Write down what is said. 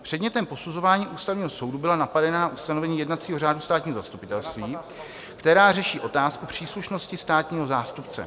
Předmětem posuzování Ústavního soudu byla napadená ustanovení jednacího řádu státního zastupitelství, která řeší otázku příslušnosti státního zástupce.